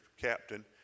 captain